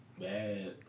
bad